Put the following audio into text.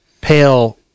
pale